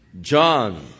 John